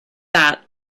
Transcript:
that